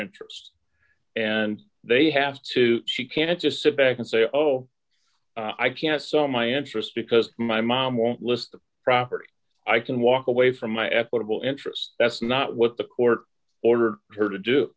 interests and they have to she can't just sit back and say oh i can't sell my interest because my mom won't list the property i can walk away from my ethical d interest that's not what the court ordered her to do